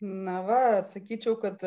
na va sakyčiau kad